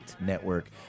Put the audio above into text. Network